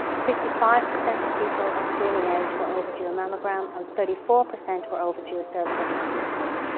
fifty five percent of people of screening age were overdue a mammogram and thirty four percent were overdue a cervical cancer screen